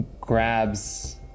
grabs